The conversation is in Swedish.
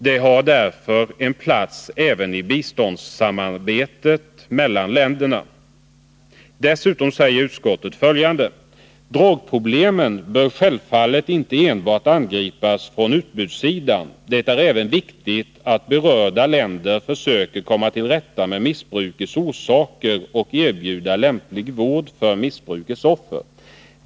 Det har därför en plats även i biståndssamarbetet mellan länderna.” Utskottet säger vidare: ”Drogproblemen bör självfallet inte enbart angripas från utbudssidan. Det är även viktigt att berörda länder försöker komma till rätta med missbrukets orsaker och erbjuda lämplig vård för missbrukets offer.